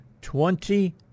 Twenty